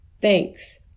thanks